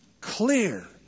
clear